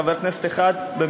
אין חבר כנסת אחד במליאה,